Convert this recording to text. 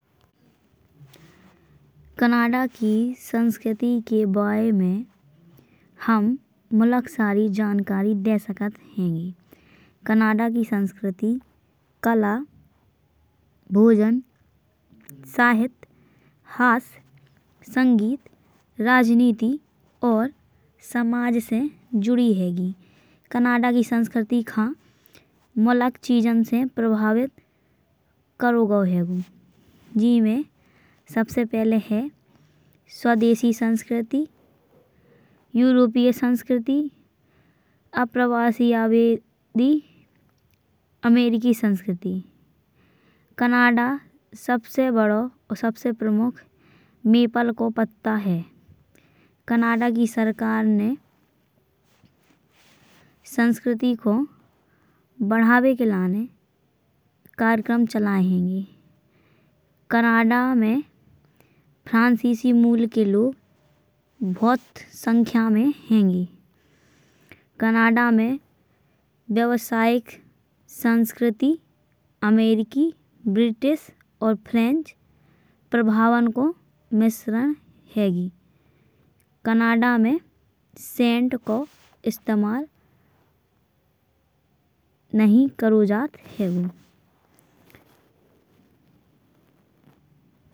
कनाड़ा की संस्कृती के बारे में हम मुलाक सारी जानकारी दे सकत हैंगे। कनाड़ा की संस्कृती कला भोजन साहित्य हास्य। संगीत राजनीति और समाज से जूड़ी हैंगी। कनाड़ा की संस्कृती का मुलाक चीज़न से प्रभावित करो हैगो। जिमे सबसे पहले है स्वदेशी संस्कृती यूरोपीय संस्कृति अप्रवासी अबादी अमेरिकि संस्कृती। कनाड़ा सबसे बड़ो और सबसे प्रमुख पीपल को पता है। कनाड़ा की सरकार ने संस्कृती को बढ़ावे के लाने कार्यक्रम चलाये हैंगे। कनाड़ा में फ्रांसीसी मूल के लोग बहुत संख्या में हैंगे। कनाड़ा में व्यावसायिक संस्कृती अमेरीकी ब्रिटिश। और फ्रेंच प्रभावन को मिश्रण हैंगी। कनाड़ा में सेंट को इस्तेमाल नहीं करो जात हैगो।